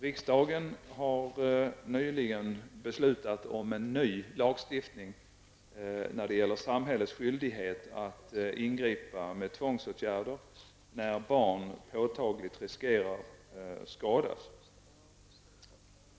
Riksdagen har nyligen beslutat om en ny lagstiftning när det gäller samhällets skyldighet att ingripa med tvångsåtgärder när barn påtagligt riskerar att skadas.